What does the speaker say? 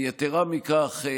יתרה מכך,